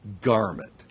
garment